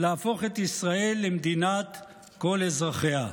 להפוך את ישראל למדינת כל אזרחיה.